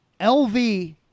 LV